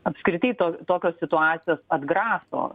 apskritai to tokios situacijos atgraso